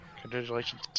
Congratulations